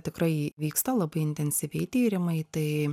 tikrai vyksta labai intensyviai tyrimai tai